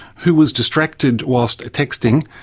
who was distracted whilst texting,